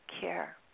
Care